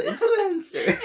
Influencer